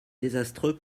désastreux